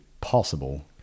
possible